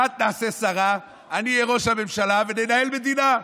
אחת נעשה שרה, אני אהיה ראש הממשלה, וננהל מדינה.